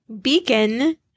beacon